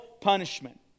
punishment